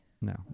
No